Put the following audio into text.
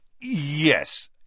yes